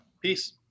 Peace